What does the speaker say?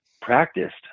practiced